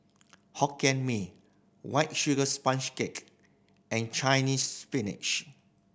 Hokkien Mee White Sugar Sponge Cake and Chinese Spinach